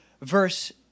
verse